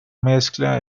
mezcla